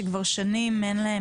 שכבר שנים אין להם